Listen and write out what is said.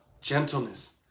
gentleness